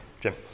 Jim